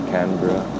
Canberra